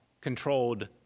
controlled